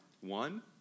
One